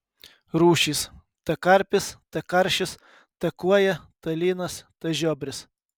rūšys t karpis t karšis t kuoja t lynas t žiobris